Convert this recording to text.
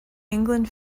england